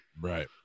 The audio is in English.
Right